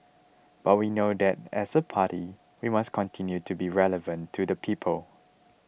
but we know that as a party we must continue to be relevant to the people